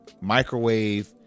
microwave